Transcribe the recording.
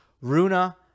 Runa